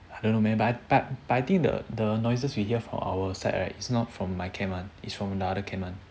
I don't know man but but I think the the noises we hear from our side right is not from my camp one is from another camp one